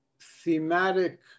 thematic